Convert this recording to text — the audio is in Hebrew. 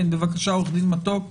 בבקשה, עורך דין מתוק.